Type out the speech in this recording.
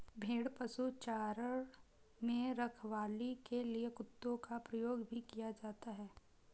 भेड़ पशुचारण में रखवाली के लिए कुत्तों का प्रयोग भी किया जाता है